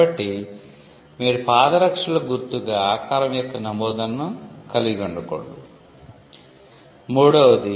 కాబట్టి మీరు పాదరక్షలకు గుర్తుగా ఆకారం యొక్క నమోదును కలిగి ఉండకూడదు